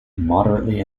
moderately